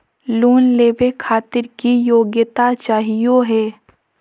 Loan लेवे खातीर की योग्यता चाहियो हे?